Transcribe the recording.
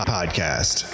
Podcast